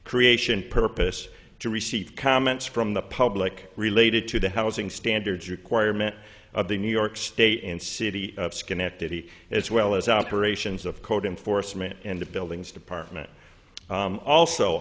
creation purpose to receive comments from the public related to the housing standards requirement of the new york state and city of schenectady as well as operations of code enforcement and the buildings department also